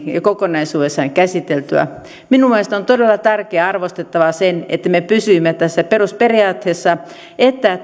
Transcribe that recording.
ja kokonaisuudessaan käsiteltyä minun mielestäni on todella tärkeää ja arvostettavaa että me pysyimme tässä perusperiaatteessa että